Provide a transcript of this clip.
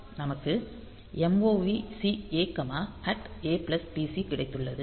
நமக்கு MOVC A A PC கிடைத்துள்ளது